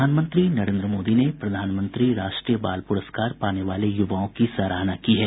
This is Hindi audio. प्रधानमंत्री नरेन्द्र मोदी ने प्रधानमंत्री राष्ट्रीय बाल पुरस्कार पाने वाले युवाओं की सराहना की है